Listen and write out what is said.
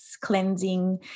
cleansing